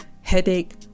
headache